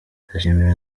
ndashimira